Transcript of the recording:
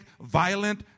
violent